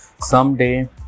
someday